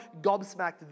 gobsmacked